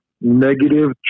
negative